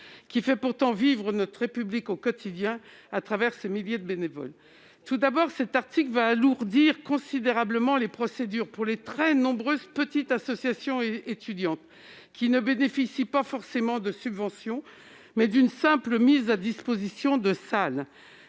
que celui-ci fait vivre notre République, au quotidien, à travers ses milliers de bénévoles. Cet article alourdira considérablement les procédures pour les très nombreuses petites associations étudiantes qui bénéficient non pas forcément de subventions, mais d'une simple mise à disposition de salle.